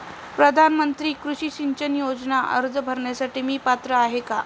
प्रधानमंत्री कृषी सिंचन योजना अर्ज भरण्यासाठी मी पात्र आहे का?